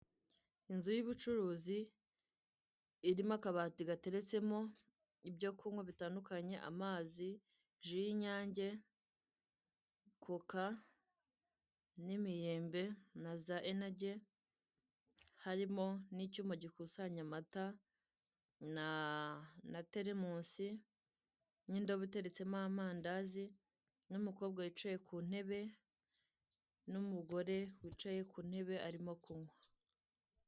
Inzu y'ubucuruzi irimo akabati gateretsemo ibyo kunywa bitandukanye, ji y'Inyange, coca n'imyembe na za enaji, harimo n'icyuma gikusanya amata na teremusi n'indobo iteretsemo amandazi n'umukobwa wicaye ku ntebe n'umugore wicaye ku ntebe arimo kunywa.